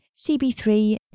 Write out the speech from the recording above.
CB3